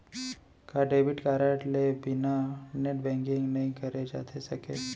का debit card के बिना नेट बैंकिंग नई करे जाथे सके?